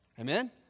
Amen